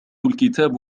الكتاب